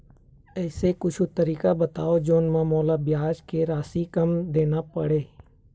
ऐसे कुछू तरीका बताव जोन म मोला ब्याज के राशि कम देना पड़े?